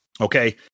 Okay